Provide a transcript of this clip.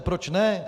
Proč ne?